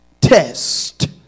test